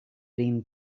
riem